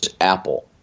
apple